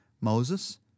Moses